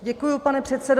Děkuji, pane předsedo.